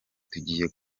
tugiye